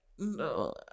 No